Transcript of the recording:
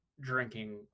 drinking